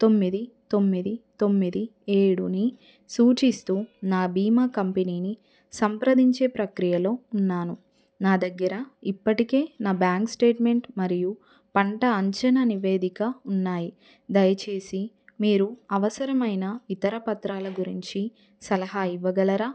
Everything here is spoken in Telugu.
తొమ్మిది తొమ్మిది తొమ్మిది ఏడుని సూచిస్తూ నా బీమా కంపెనీని సంప్రదించే ప్రక్రియలో ఉన్నాను నా దగ్గర ఇప్పటికే నా బ్యాంక్ స్టేట్మెంట్ మరియు పంట అంచనా నివేదిక ఉన్నాయి దయచేసి మీరు అవసరమైన ఇతర పత్రాల గురించి సలహా ఇవ్వగలరా